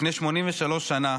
לפני 83 שנה,